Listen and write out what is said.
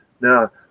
Now